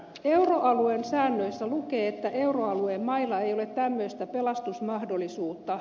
euroalueen säännöissä lukee että euroalueen mailla ei ole tämmöistä pelastusmahdollisuutta